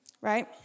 right